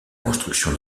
construction